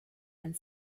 ein